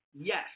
yes